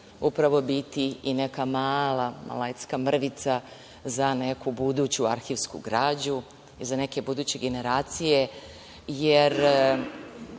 upravo biti i neka mala, malecka mrvica za neku buduću arhivsku građu i za neke buduće generacije, jer